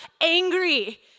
angry